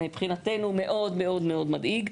הוא מאוד מאוד מדאיג.